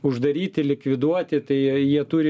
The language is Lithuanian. uždaryti likviduoti tai jie turi